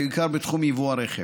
בעיקר בתחום יבוא הרכב.